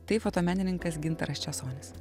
tai fotomenininkas gintaras česonis